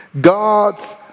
God's